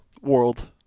world